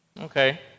Okay